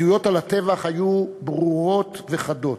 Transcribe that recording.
העדויות על הטבח היו ברורות וחדות.